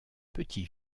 petit